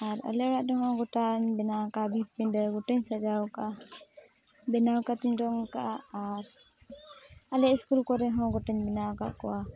ᱟᱨ ᱟᱞᱮ ᱚᱲᱟᱜ ᱨᱮᱦᱚᱸ ᱜᱚᱴᱟᱧ ᱵᱮᱱᱟᱣ ᱟᱠᱟᱫᱟ ᱵᱷᱤᱛ ᱯᱤᱸᱰᱟᱹ ᱜᱚᱴᱟᱧ ᱥᱟᱡᱟᱣ ᱟᱠᱟᱫᱟ ᱵᱮᱱᱟᱣ ᱠᱟᱛᱮᱧ ᱨᱚᱝ ᱟᱠᱟᱫᱟ ᱟᱨ ᱟᱞᱮ ᱥᱠᱩᱞ ᱠᱚᱨᱮᱦᱚᱸ ᱜᱚᱴᱟᱧ ᱵᱮᱱᱟᱣ ᱟᱠᱟᱫ ᱠᱚᱣᱟ